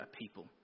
people